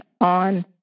on